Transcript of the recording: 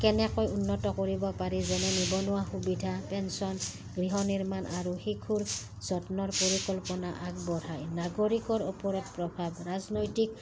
কেনেকৈ উন্নত কৰিব পাৰি যেনে নিবনুৱা সুবিধা পেঞ্চন গৃহ নিৰ্মাণ আৰু শিশুৰ যত্নৰ পৰিকল্পনা আগবঢ়াই নাগৰিকৰ ওপৰত প্ৰভাৱ ৰাজনৈতিক